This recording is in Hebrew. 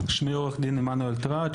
שמי עו"ד עמנואל טראץ',